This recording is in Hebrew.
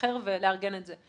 להיזכר ולארגן את זה.